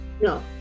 No